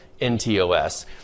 NTOS